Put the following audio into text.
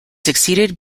succeeded